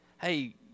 hey